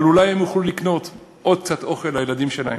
אבל אולי הם יוכלו לקנות עוד קצת אוכל לילדים שלהם.